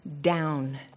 down